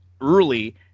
Early